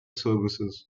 services